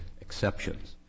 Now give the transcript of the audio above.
exceptions